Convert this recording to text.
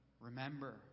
remember